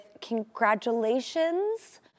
congratulations